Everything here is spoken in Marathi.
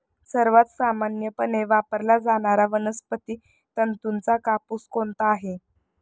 सर्वात सामान्यपणे वापरला जाणारा वनस्पती तंतूचा कापूस कोणता आहे?